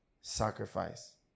sacrifice